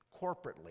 corporately